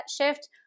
shift